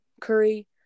Curry